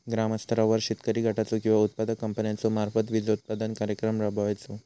ग्रामस्तरावर शेतकरी गटाचो किंवा उत्पादक कंपन्याचो मार्फत बिजोत्पादन कार्यक्रम राबायचो?